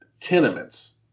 tenements